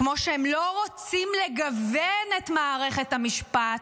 כמו שהם לא רוצים לגוון את מערכת המשפט,